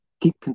keep